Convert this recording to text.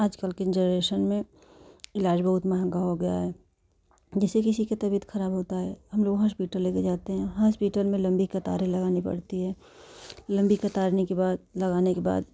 आजकल के जनरेशन में इलाज बहुत महंगा हो गया है जैसे कि किसी की तबीयत खराब होता है हम लोग हॉस्पिटल लेकर जाते हैं हॉस्पिटल में लंबी कतारे लगानी पड़ती है लंबी कतारनी के लगाने के बाद